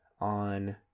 on